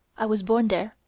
i was born there,